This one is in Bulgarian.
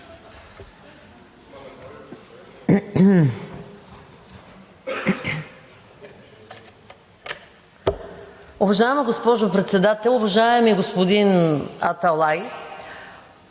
Уважаема госпожо Председател, уважаеми господин Аталай!